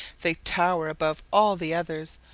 they tower above all the others,